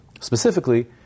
specifically